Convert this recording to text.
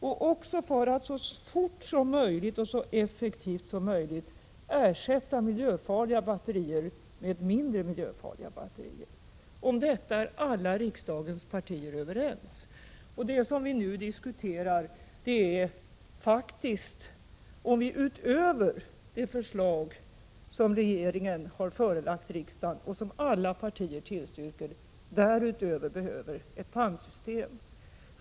Vi är också överens om att så fort och så effektivt som möjligt ersätta dessa batterier med mindre miljöfarliga batterier. Detta är alla riksdagens partier överens om. Vad vi nu diskuterar är om vi utöver det förslag som regeringen har förelagt riksdagen och som alla partier tillstyrker också behöver ett pantsystem.